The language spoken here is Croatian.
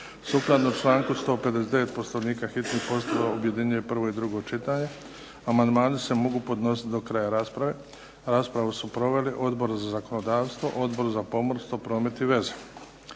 Sukladno čl. 159. Poslovnika hitni postupak objedinjuje prvo i drugo čitanje. Amandmani se mogu podnositi do kraja rasprave. Raspravu su proveli Odbor za zakonodavstvo, Odbor za pomorstvo, promet i veze.